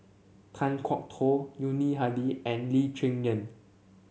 Kan Kwok Toh Yuni Hadi and Lee Cheng Yan